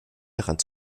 daran